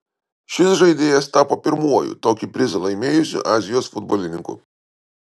šis žaidėjas tapo pirmuoju tokį prizą laimėjusiu azijos futbolininku